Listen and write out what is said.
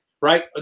right